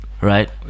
Right